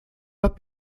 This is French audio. pas